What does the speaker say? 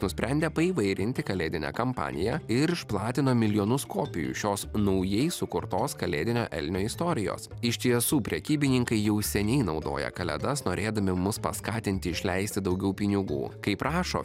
nusprendė paįvairinti kalėdinę kampaniją ir išplatino milijonus kopijų šios naujai sukurtos kalėdinio elnio istorijos iš tiesų prekybininkai jau seniai naudoja kalėdas norėdami mus paskatinti išleisti daugiau pinigų kaip rašo